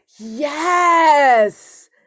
yes